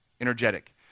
energetic